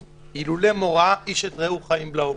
"אלמלא מוראה איש את רעהו חיים בלעו".